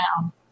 now